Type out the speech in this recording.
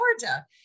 Georgia